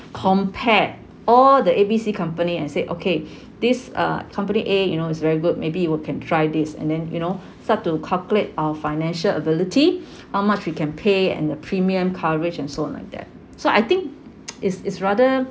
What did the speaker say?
compare all the A B C company and said okay this uh company a you know it's very good maybe you can try this and then you know start to calculate our financial ability how much we can pay and the premium coverage and so on like that so I think is is rather